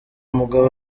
mugabo